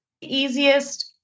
easiest